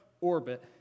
orbit